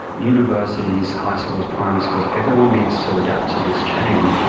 universities, high schools, primary schools. everyone needs to adapt to this change.